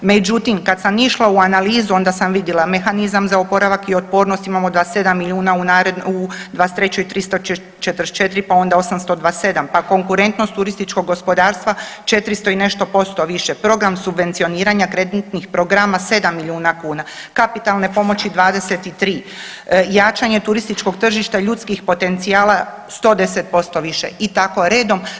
Međutim, kada sam išla u analizu onda sam vidjela mehanizam za oporavak i otpornost imamo 27 milijuna u 23. 344, pa onda 827, pa konkurentnost turističkog gospodarstva 400 i nešto posto više, program subvencioniranja kreditnih programa 7 milijuna kuna, kapitalne pomoći 23, jačanje turističkog tržišta, ljudskih potencijala 110% više i tako redom.